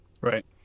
right